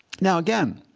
now again,